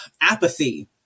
apathy